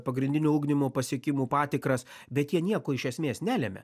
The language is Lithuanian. pagrindinio ugdymo pasiekimų patikras bet jie nieko iš esmės nelemia